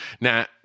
now